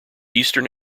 eastern